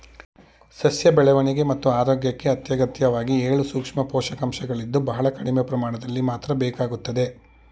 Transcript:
ಸಸ್ಯ ಬೆಳವಣಿಗೆ ಮತ್ತು ಆರೋಗ್ಯಕ್ಕೆ ಅತ್ಯಗತ್ಯವಾಗಿ ಏಳು ಸೂಕ್ಷ್ಮ ಪೋಷಕಾಂಶಗಳಿದ್ದು ಬಹಳ ಕಡಿಮೆ ಪ್ರಮಾಣದಲ್ಲಿ ಮಾತ್ರ ಬೇಕಾಗ್ತದೆ